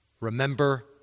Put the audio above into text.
Remember